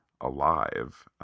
alive